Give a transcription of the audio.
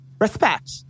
respect